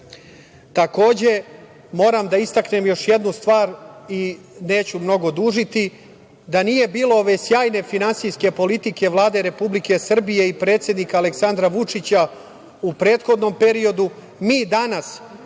moram da istaknem još jednu stvar i neću mnogo dužiti. Da nije bilo ove sjajne finansijske politike Vlade Republike Srbije i predsednika Aleksandra Vučića u prethodnom periodu, mi danas